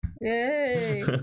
Yay